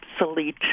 obsolete